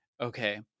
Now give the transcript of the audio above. okay